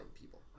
people